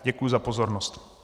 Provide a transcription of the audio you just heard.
Děkuji za pozornost.